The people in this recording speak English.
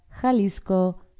Jalisco